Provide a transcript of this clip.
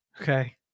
Okay